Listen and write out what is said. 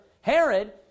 Herod